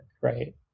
right